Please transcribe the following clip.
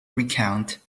recount